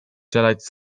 czeladź